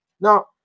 Now